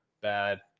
bad